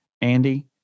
Andy